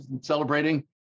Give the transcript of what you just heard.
celebrating